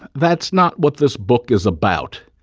that's not what this book is about.